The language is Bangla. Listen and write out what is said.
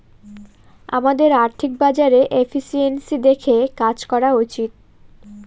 আমাদের আর্থিক বাজারে এফিসিয়েন্সি দেখে কাজ করা উচিত